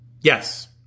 Yes